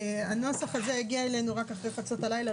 הנוסח הזה הגיע אלינו רק אחרי חצות הלילה,